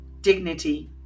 dignity